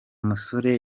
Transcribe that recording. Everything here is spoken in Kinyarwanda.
musore